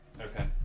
Okay